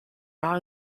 not